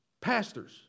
Pastors